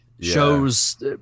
shows